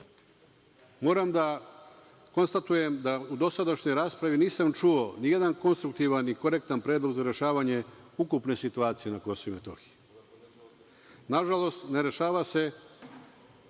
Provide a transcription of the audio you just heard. da konstatujem da u dosadašnjoj raspravi nisam čuo nijedan konstruktivan i korektan predlog za rešavanje ukupne situacije na KiM. Nažalost, ne rešava se,